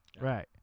Right